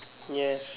yes